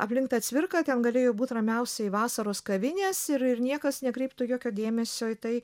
aplink tą cvirką ten galėjo būt ramiausiai vasaros kavinės ir ir niekas nekreiptų jokio dėmesio į tai